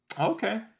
Okay